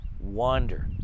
wander